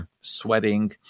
sweating